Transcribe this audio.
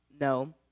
No